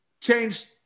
Changed